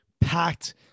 packed